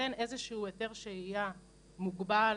יינתן איזשהו היתר שהייה, מוגבל,